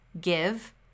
give